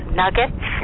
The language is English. nuggets